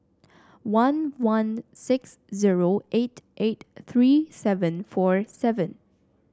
one one six zero eight eight three seven four seven